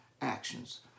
actions